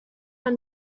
are